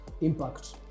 impact